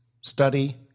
study